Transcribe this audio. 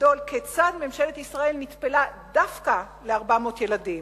הגדול כיצד ממשלת ישראל נטפלה דווקא ל-400 ילדים.